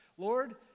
Lord